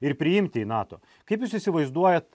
ir priimti į nato kaip jūs įsivaizduojat